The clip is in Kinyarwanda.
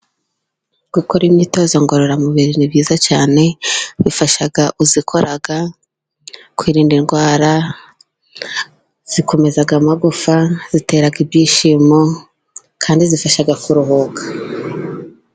Gukora imyitozo ngororamubiri ni byiza cyane, bifasha uyikora kwirinda indwara ikomeza amagufa, itera ibyishimo kandi ifasha kuruhuka.